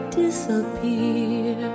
disappear